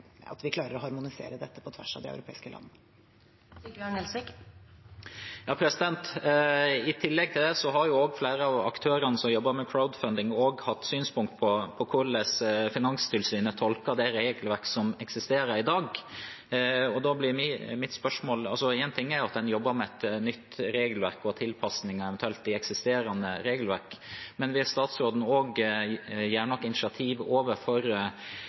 at vi klarer å harmonisere dette på tvers av de europeiske landene. I tillegg til det har flere av aktørene som jobber med crowdfunding, hatt synspunkter på hvordan Finanstilsynet tolker det regelverket som eksisterer i dag. Én ting er at en jobber med et nytt regelverk og eventuelt tilpasninger i eksisterende regelverk, men vil statsråden også ta noen initiativ overfor